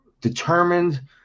determined –